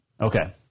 Okay